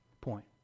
point